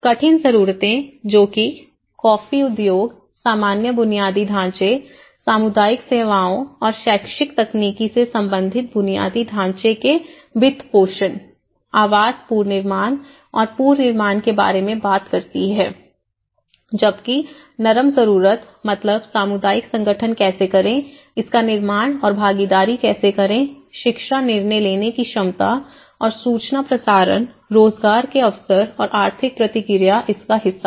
कठिन ज़रूरतें जो कि कॉफी उद्योग सामान्य बुनियादी ढाँचे सामुदायिक सेवाओं और शैक्षिक तकनीकी से संबंधित बुनियादी ढांचे के वित्त पोषण आवास पुनर्निर्माण और पुनर्निर्माण के बारे में बात करती हैं जबकि नरम जरूरत मतलब सामुदायिक संगठन कैसे करें इसका निर्माण और भागीदारी कैसे करें शिक्षा निर्णय लेने की क्षमता और सूचना प्रसारण रोजगार के अवसर और आर्थिक प्रतिक्रिया इसका हिस्सा है